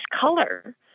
color